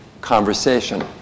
conversation